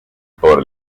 por